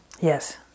Yes